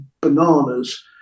bananas